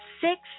Six